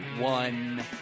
one